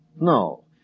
No